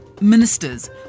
Ministers